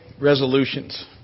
resolutions